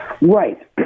Right